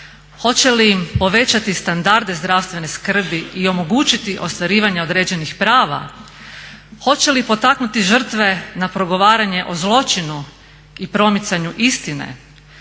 Hoće li povećati standarde zdravstvene skrbi i omogućiti ostvarivanje određenih prava? Hoće li potaknuti žrtve na progovaranje o zločinu i promicanju istine?